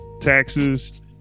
taxes